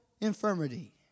infirmity